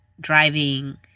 driving